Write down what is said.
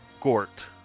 gort